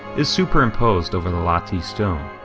is superimposed over the latte stone.